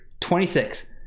26